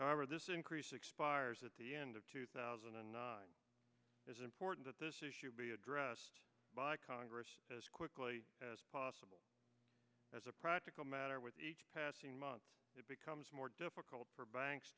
however this increase expires at the end of two thousand and nine as important at this issue be addressed by congress as quickly as possible as a product matter with each passing month it becomes more difficult for banks